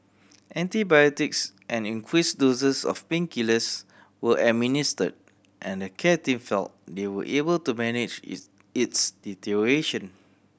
antibiotics and increase doses of painkillers were administer and the care team feel they were able to manage its its deterioration